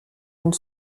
une